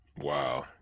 Wow